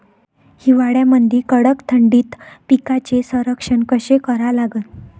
हिवाळ्यामंदी कडक थंडीत पिकाचे संरक्षण कसे करा लागन?